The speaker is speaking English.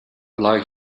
like